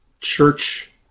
church